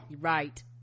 Right